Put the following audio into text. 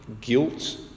guilt